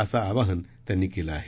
असं आवाहन त्यांनी केलं आहे